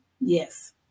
Yes